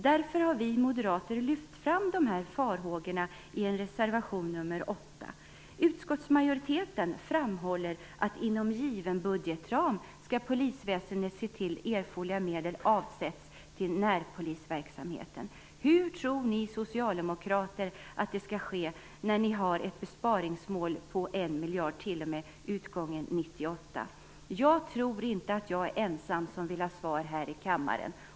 Därför har vi moderater lyft fram de här farhågorna i reservation 8. Utskottsmajoriteten framhåller att polisväsendet inom given budgetram skall se till att erforderliga medel avsätts till närpolisverksamheten. Hur tror ni socialdemokrater att det skall ske när ni har ett besparingsmål på 1 miljard kronor t.o.m. utgången av 1998? Jag tror inte att jag är den enda som vill ha svar här i kammaren.